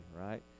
right